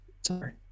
Sorry